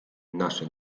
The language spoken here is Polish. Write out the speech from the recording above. nasze